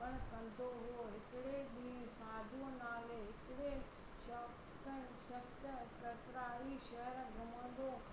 पण कंदो हुओंहुं हिकिड़े ॾी साधूअ नाले हिकिड़े शौक सत कतराई शहरु घुमंदो